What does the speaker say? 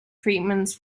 treatments